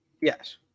Yes